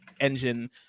engine